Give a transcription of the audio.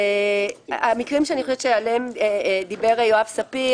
המקרים שאני חושבת שעליהם דיבר יואב ספיר